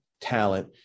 talent